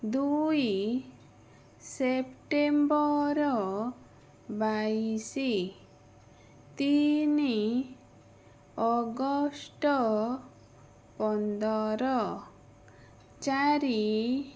ଦୁଇ ସେପ୍ଟେମ୍ବର ବାଇଶି ତିନି ଅଗଷ୍ଟ ପନ୍ଦର ଚାରି